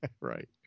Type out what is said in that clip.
Right